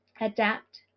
Adapt